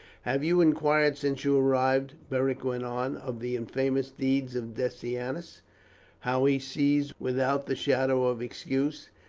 have you inquired since you arrived, beric went on, of the infamous deeds of decianus? how he seized, without the shadow of excuse,